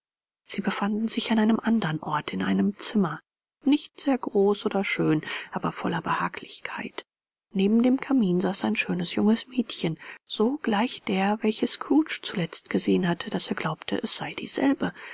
sie befanden sich an einem andern ort in einem zimmer nicht sehr groß oder schön aber voller behaglichkeit neben dem kamin saß ein schönes junges mädchen so gleich der welche scrooge zuletzt gesehen hatte daß er glaubte es sei dieselbe